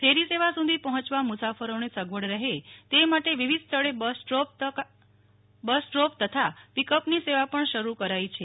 ફેરી સેવા સુધી પહોંચવા મુસાફરોને સગવડ રહે તે માટે વિવિધ સ્થળે બસ ડ્રોપ તથા પીક પની સેવા પણ શરૂ કરાઇ છે